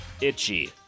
itchy